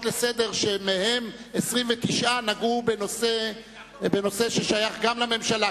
לסדר-היום שמהן 29 נגעו בנושא ששייך גם לממשלה?